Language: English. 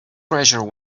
pressure